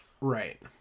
right